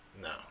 No